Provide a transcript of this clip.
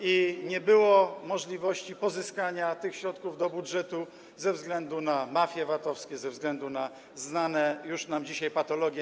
i nie było możliwości pozyskania tych środków do budżetu ze względu na mafie VAT-owskie, za względu na znane już nam dzisiaj patologie.